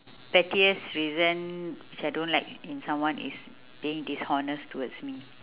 pettiest reason which I don't like in someone is being dishonest towards me